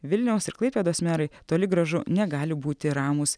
vilniaus ir klaipėdos merai toli gražu negali būti ramūs